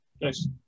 nice